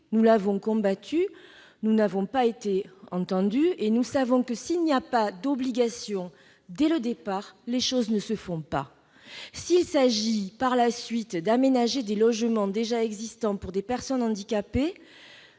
Nous l'avons combattue, mais nous n'avons pas été entendus. Nous le savons : s'il n'y a pas d'obligation dès le départ, les choses ne se feront pas. En effet, aménager des logements existants pour des personnes handicapées,